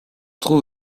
trouve